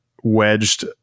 wedged